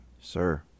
Sir